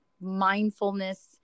mindfulness